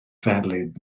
felyn